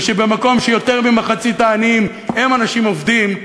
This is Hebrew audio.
ובמקום שבו יותר ממחצית העניים הם אנשים עובדים,